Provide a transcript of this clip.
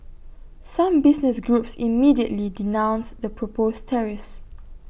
some business groups immediately denounced the proposed tariffs